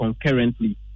concurrently